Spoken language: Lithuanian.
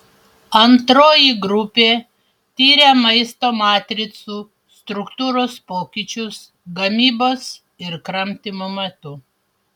antroji grupė tiria maisto matricų struktūros pokyčius gamybos ir kramtymo metu